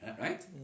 Right